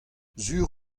sur